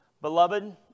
beloved